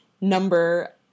number